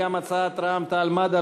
רע"ם-תע"ל-מד"ע